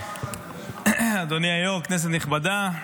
--- אדוני היו"ר, כנסת נכבדה,